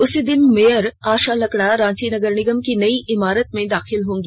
उसी दिन मेयर आशा लकड़ा रांची नगर निगम की नई इमारत में दाखिल होंगी